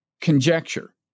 conjecture